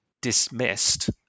dismissed